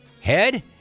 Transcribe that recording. Head